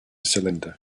cylinder